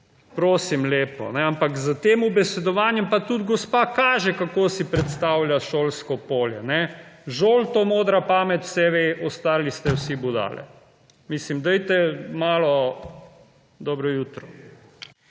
prosim lepo. Ampak s tem ubesedovanjem pa tudi gospa kaže kako si predstavlja šolsko polje. Žolto modra pamet vse ve, ostali ste vsi budale. Mislim, dajte malo… Dobro jutro!